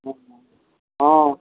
हँ हँ